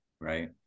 right